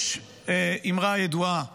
יש אמרה ידועה